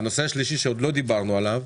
והנושא השלישי שעוד לא דיברנו עליו,